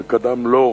וקדמו לו אחרים,